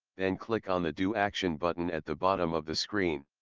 then click on the do action button at the bottom of the screen.